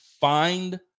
Find